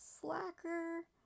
slacker